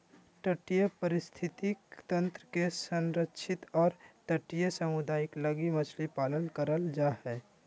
तटीय पारिस्थितिक तंत्र के संरक्षित और तटीय समुदाय लगी मछली पालन करल जा हइ